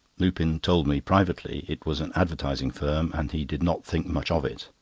lupin told me, privately, it was an advertising firm, and he did not think much of it.